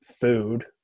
food